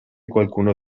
qualcuno